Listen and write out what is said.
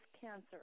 cancer